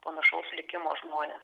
panašaus likimo žmones